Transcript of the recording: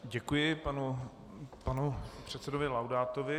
Děkuji panu předsedovi Laudátovi.